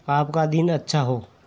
आपका दिन अच्छा हो